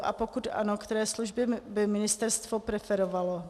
A pokud ano, které služby by ministerstvo preferovalo?